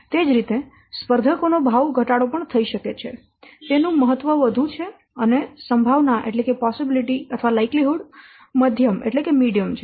એ જ રીતે સ્પર્ધકો નો ભાવ ઘટાડો પણ થઈ શકે છે તેનું મહત્વ વધુ છે અને સંભાવના મધ્યમ છે